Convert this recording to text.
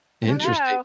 Interesting